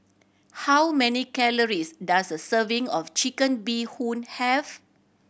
how many calories does a serving of Chicken Bee Hoon have